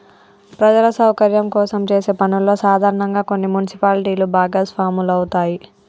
ప్రజల సౌకర్యం కోసం చేసే పనుల్లో సాధారనంగా కొన్ని మున్సిపాలిటీలు భాగస్వాములవుతాయి